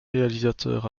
réalisateurs